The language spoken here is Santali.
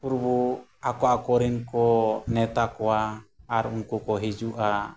ᱯᱩᱨᱵᱩ ᱟᱠᱚ ᱟᱠᱚ ᱨᱮᱱᱠᱚ ᱱᱮᱣᱛᱟ ᱠᱚᱣᱟ ᱟᱨ ᱩᱱᱠᱩ ᱠᱚ ᱦᱤᱡᱤᱩᱜᱼᱟ